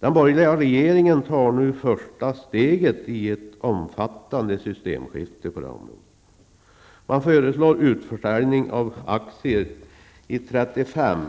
Den borgerliga regeringen tar nu första steget i ett omfattande systemskifte. Man föreslår utförsäljning av aktier i 35